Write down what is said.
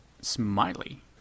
Smiley